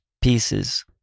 pieces